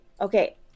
Okay